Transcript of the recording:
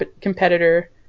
competitor